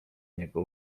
niego